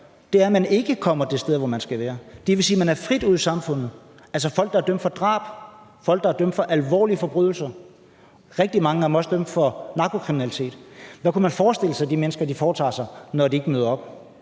det er, at man ikke kommer det sted, hvor man skal være. Det vil sige, man er frit ude i samfundet, og det drejer sig altså om folk, der er dømt for drab, folk, der er dømt for alvorlige forbrydelser. Rigtig mange af dem er også dømt for narkokriminalitet. Hvad kunne man forestille sig de mennesker foretager sig, når de ikke møder op?